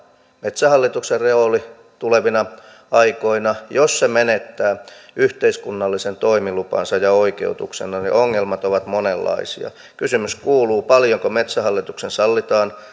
metsähallituksen rooli tulevina aikoina jos se menettää yhteiskunnallisen toimilupansa ja oikeutuksensa niin ongelmat ovat monenlaisia kysymys kuuluu paljonko metsähallituksen sallitaan